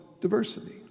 diversity